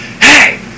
Hey